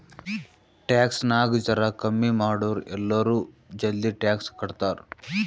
tax ನಾಗ್ ಜರಾ ಕಮ್ಮಿ ಮಾಡುರ್ ಎಲ್ಲರೂ ಜಲ್ದಿ ಟ್ಯಾಕ್ಸ್ ಕಟ್ತಾರ್